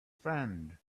friend